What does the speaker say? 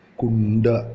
kunda